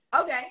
Okay